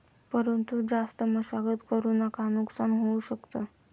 परंतु जास्त मशागत करु नका नुकसान होऊ शकत